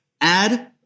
add